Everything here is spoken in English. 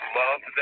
love